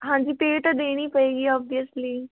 ਹਾਂਜੀ ਪੇ ਤਾਂ ਦੇਣੀ ਪਏਗੀ ਓਬਵੀਅਸਲੀ